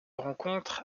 rencontre